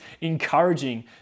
encouraging